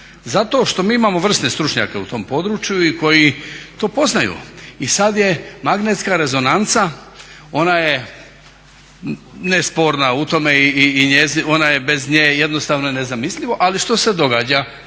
Zato što mi imamo vrsne stručnjake u tom područje koji to poznaju. I sada je magnetska rezonanca ona je nesporna u tome i bez nje je jednostavno nezamislivo, ali što se događa.